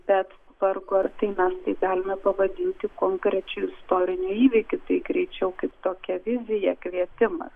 bet vargu ar tai mes tai galime pavadinti konkrečiu istoriniu įvykiu tai greičiau kaip tokia vizija kvietimas